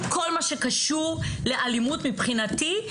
כל מה שקשור לאלימות מבחינתי,